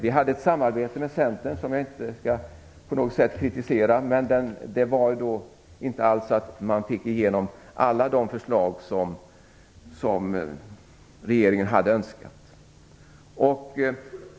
Vi hade ett samarbete med Centern som jag inte på något sätt skall kritisera, men man fick inte igenom alla de förslag som regeringen hade önskat.